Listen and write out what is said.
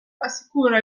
assicura